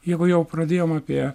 jeigu jau pradėjom apie